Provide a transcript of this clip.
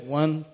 one